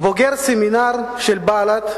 בוגר סמינר של בל"ד,